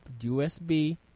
USB